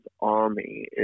army